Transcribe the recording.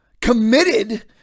committed